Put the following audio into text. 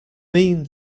mean